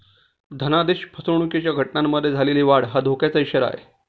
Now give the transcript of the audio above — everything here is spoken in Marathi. धनादेश फसवणुकीच्या घटनांमध्ये झालेली वाढ हा धोक्याचा इशारा आहे